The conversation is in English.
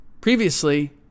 previously